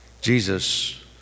Jesus